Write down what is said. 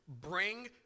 bring